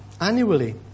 annually